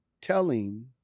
telling